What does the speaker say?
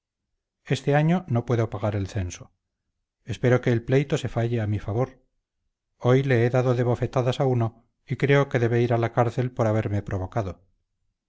este año no puedo pagar el censo espero que el pleito se falle a mi favor hoy le he dado de bofetadas a uno y creo que debe ir a la cárcel por haberme provocado